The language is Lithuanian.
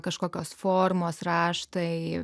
kažkokios formos raštai